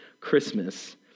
Christmas